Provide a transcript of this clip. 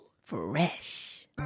Fresh